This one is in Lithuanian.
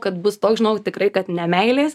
kad bus toks žinojau tikrai kad ne meilės